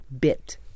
bit